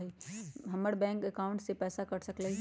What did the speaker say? हमर bank account से पैसा कट सकलइ ह?